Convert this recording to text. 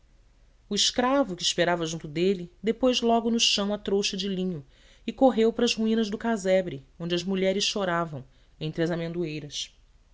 o escravo que esperava junto dele depôs logo no chão a trouxa de linho e correu para as ruínas do casebre onde as mulheres choravam entre as amendoeiras